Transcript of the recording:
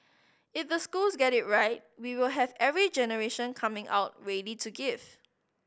if the schools get it right we will have every generation coming out ready to give